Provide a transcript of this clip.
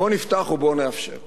בוא נפתח ובוא נאפשר.